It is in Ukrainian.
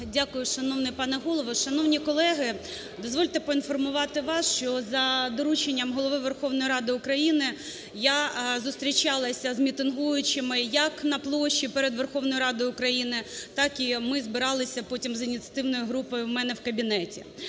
Дякую, шановний пане Голово! Шановні колеги! Дозвольте поінформувати вас, що за дорученням Голови Верховної Ради України я зустрічалася з мітингуючими як на площі перед Верховною Радою України, так і ми збиралися потім з ініціативною групою у мене в кабінеті.